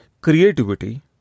Creativity